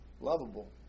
lovable